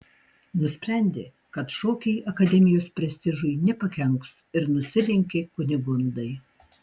nusprendė kad šokiai akademijos prestižui nepakenks ir nusilenkė kunigundai